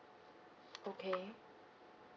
okay